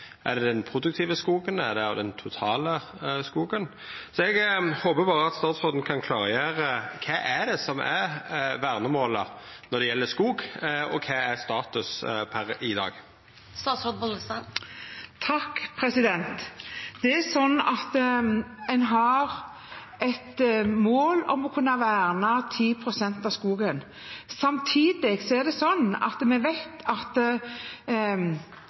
det den produktive skogen? Eller er det den totale skogen? Eg håpar berre at statsråden kan klargjera: Kva er det som er vernemåla når det gjeld skog, og kva er status per i dag? Det er sånn at en har et mål om å kunne verne 10 pst. av skogen. Samtidig vet vi at når vi tar ut skog og planter nytt i en vekstsesong, er det